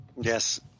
Yes